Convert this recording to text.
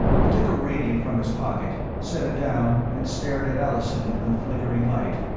he took a radiant from his pocket, set it down and stared at allison in the flickering light,